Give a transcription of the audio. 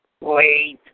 Wait